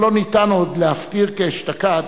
שלא ניתן עוד להפטיר כאשתקד